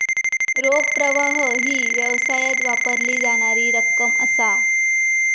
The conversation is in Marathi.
रोख प्रवाह ही व्यवसायात वापरली जाणारी रक्कम असा